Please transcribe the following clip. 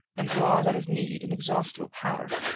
and draws, at his need, inexhaustible power.